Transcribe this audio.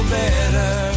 better